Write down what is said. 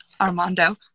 armando